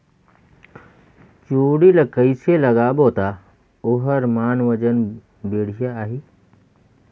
जोणी ला कइसे लगाबो ता ओहार मान वजन बेडिया आही?